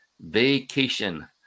vacation